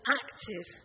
active